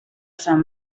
sant